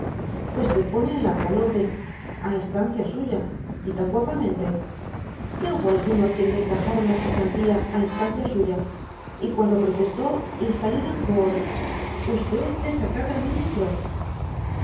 pues se pone en la real orden a instancia suya y tan guapamente ya hubo alguno á quien le encajaron la cesantía á instancia suya y cuando protestó le salieron con v desacata al ministro